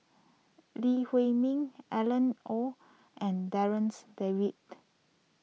Lee Huei Min Alan Oei and Darryl's David